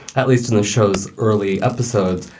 at least in the show's early episodes,